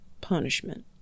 punishment